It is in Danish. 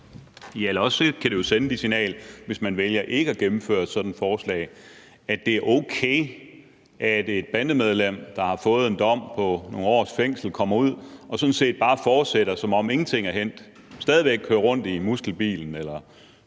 eller også kan det jo, hvis man vælger ikke at gennemføre det her forslag, sende det signal, at det er okay, at et bandemedlem, der har fået en dom på nogle års fængsel, kommer ud og sådan set bare fortsætter, som om ingenting er hændt og stadig væk kører rundt i en muskelbil, en leaset